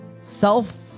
self